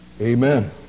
Amen